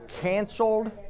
canceled